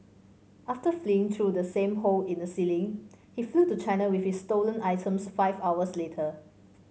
after fleeing through the same hole in the ceiling he flew to China with his stolen items five hours later